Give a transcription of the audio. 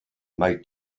mai